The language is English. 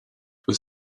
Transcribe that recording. were